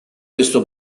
questo